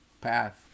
path